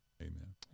Amen